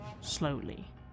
slowly